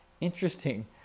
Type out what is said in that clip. interesting